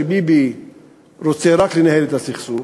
שביבי רוצה רק לנהל את הסכסוך,